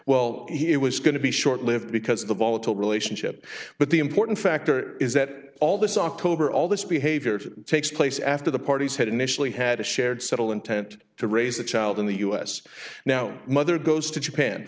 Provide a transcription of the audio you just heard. well he was going to be short lived because of the volatile relationship but the important factor is that all this october all this behavior takes place after the parties had initially had a shared subtle intent to raise a child in the u s now mother goes to japan